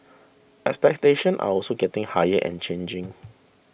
expectations are also getting higher and changing